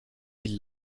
ils